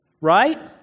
Right